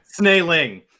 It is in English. snailing